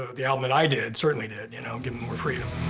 the album and i did certainly did you know give him more freedom.